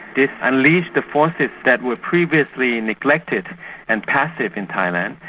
this unleashed the forces that were previously neglected and passive in thailand,